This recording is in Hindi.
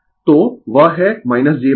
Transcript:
तो वह है jXL